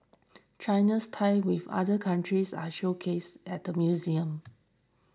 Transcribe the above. China's ties with other countries are showcased at the museum